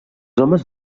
homes